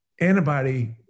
antibody